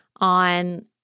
on